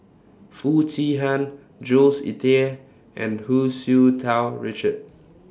Foo Chee Han Jules Itier and Hu Tsu Tau Richard